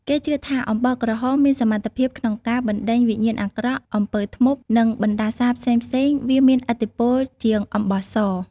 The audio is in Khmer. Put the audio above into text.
គេជឿថាអំបោះក្រហមមានសមត្ថភាពក្នុងការ បណ្ដេញវិញ្ញាណអាក្រក់ អំពើធ្មប់ និងបណ្ដាសាផ្សេងៗ វាមានឥទ្ធិពលជាងអំបោះស។